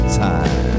time